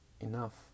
enough